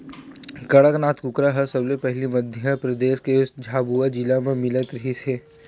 कड़कनाथ कुकरा ह सबले पहिली मध्य परदेस के झाबुआ जिला म मिलत रिहिस हे